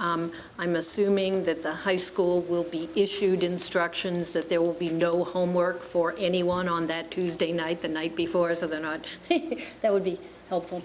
and i'm assuming that the high school will be issued instructions that there will be no homework for anyone on that tuesday night the night before so they're not there would be helpful